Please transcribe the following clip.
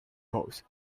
pose